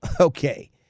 Okay